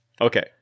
Okay